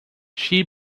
she